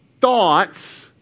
thoughts